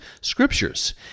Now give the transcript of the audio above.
scriptures